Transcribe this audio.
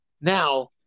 Now